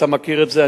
אתה מכיר את זה,